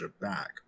back